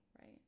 right